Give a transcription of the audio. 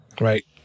Right